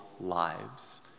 lives